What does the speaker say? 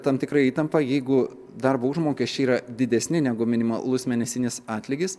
tam tikra įtampa jeigu darbo užmokesčiai yra didesni negu minimalus mėnesinis atlygis